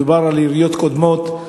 מדובר על עיריות קודמות.